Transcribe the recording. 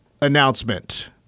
announcement